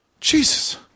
Jesus